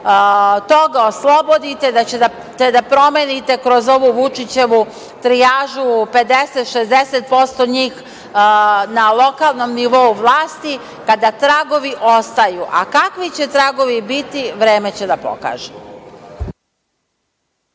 toga oslobodite, da ćete da promenite kroz ovu Vučićevu trijažu 50%, 60% njih na lokalnom nivou vlasti, kada tragovi ostaju. A, kakvi će tragovi biti, vreme će da pokaže.